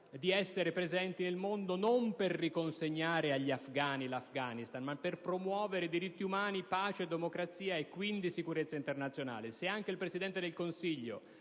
di essere presenti nel mondo, non per riconsegnare agli afghani l'Afghanistan, ma per promuovere diritti umani, pace e democrazia, e quindi sicurezza internazionale. Se anche il Presidente del Consiglio,